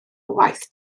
waith